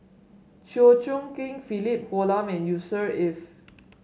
Chew Choo Keng Philip Hoalim and Yusnor Ef